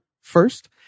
first